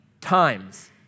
times